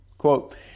Quote